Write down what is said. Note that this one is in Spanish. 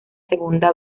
segunda